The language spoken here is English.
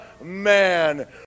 man